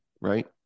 right